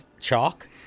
chalk